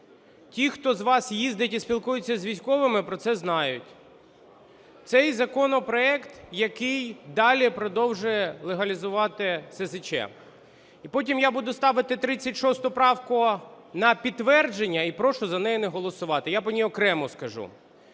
Ті, хто з вас їздить і спілкується з військовими, про це знають. Цей законопроект, який далі продовжує легалізувати СЗЧ. І потім я буду ставити 36 правку на підтвердження і прошу за неї не голосувати, я по ній окремо скажу.